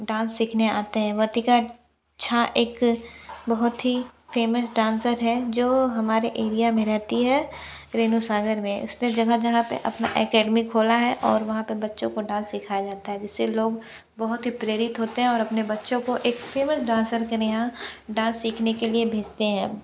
dance सीखने आते हैं वर्तिका झा एक बहुत ही फेमस डांसर है जो हमारे एरिया में रहती है रेनू सागर में उसने जगह जगह पर अपना अकैडमी खोला है और वहाँ पर बच्चों को डान्स सिखाया जाता है जिससे लोग बहुत ही प्रेरित होते है और अपने बच्चों को एक फेमस डांसर के यहाँ डान्स सीखने के लिए भेजते हैं